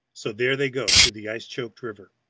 so there they go through the ice-choked river,